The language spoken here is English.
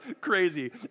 crazy